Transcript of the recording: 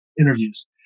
interviews